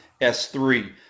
S3